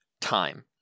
time